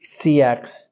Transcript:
CX